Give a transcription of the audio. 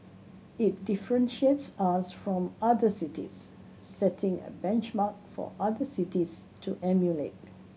it differentiates us from other cities setting a benchmark for other cities to emulate